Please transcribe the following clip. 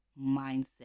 mindset